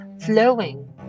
flowing